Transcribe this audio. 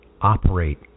operate